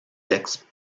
textes